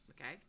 Okay